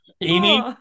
Amy